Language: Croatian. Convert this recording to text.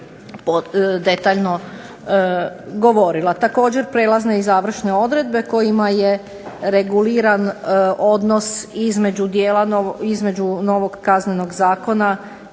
detaljno govorila. Također, prijelazne i završne odredbe kojima je reguliran odnos između novog Kaznenog zakona